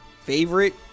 favorite